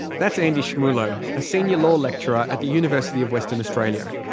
that's andy schmulow, a senior law lecturer at the university of western australia.